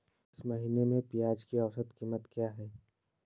इस महीने में प्याज की औसत कीमत क्या है?